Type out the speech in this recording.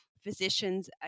Physicians